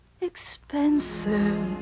expensive